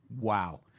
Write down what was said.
Wow